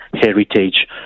heritage